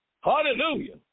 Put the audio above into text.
Hallelujah